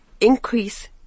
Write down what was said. increase